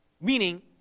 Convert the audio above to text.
Meaning